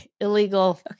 illegal